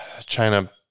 China